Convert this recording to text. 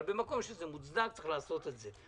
אבל במקום שזה מוצדק צריך לעשות את זה.